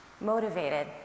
motivated